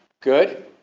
good